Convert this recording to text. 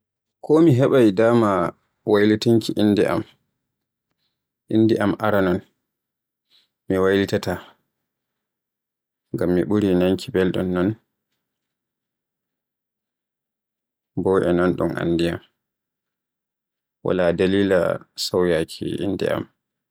Ko mi heɓaay daama waylitinki innde am, innde am aranon. Mi waylitata, ngam ɓuri nanuugo belɗum non. Bo e non ɗun anndi yam. Wala dalila sauyaaki innde am.